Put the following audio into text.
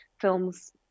film's